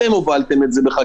אתם הובלתם את זה בחקיקה